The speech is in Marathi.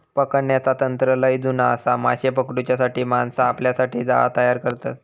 पकडण्याचा तंत्र लय जुना आसा, माशे पकडूच्यासाठी माणसा आपल्यासाठी जाळा तयार करतत